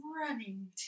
running